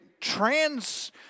trans